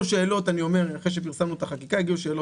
אחרי שפרסמנו את החקיקה הגיעו שאלות,